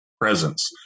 presence